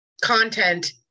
content